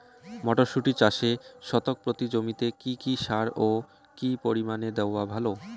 মটরশুটি চাষে শতক প্রতি জমিতে কী কী সার ও কী পরিমাণে দেওয়া ভালো?